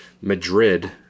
Madrid